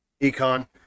econ